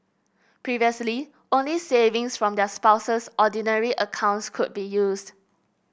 previously only savings from their spouse's Ordinary accounts could be used